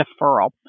deferral